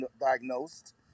diagnosed